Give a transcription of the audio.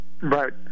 Right